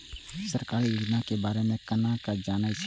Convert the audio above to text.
सरकारी योजना के बारे में केना जान से?